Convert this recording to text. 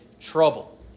trouble